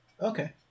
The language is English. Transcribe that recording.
Okay